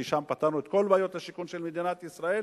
כי שם פתרנו את כל בעיות השיכון של מדינת ישראל,